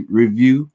review